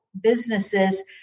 businesses